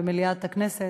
במליאת הכנסת,